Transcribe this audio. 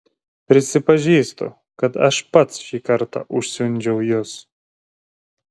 prisipažįstu kad aš pats šį kartą užsiundžiau jus